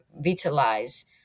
vitalize